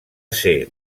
ser